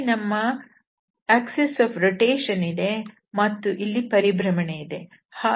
ಇಲ್ಲಿ ನಮ್ಮ ಪರಿಭ್ರಮಣೆಯ ಅಕ್ಷರೇಖೆ ಇದೆ ಮತ್ತು ಇಲ್ಲಿ ಪರಿಭ್ರಮಣೆ ಇದೆ